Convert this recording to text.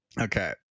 Okay